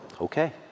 Okay